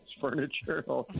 furniture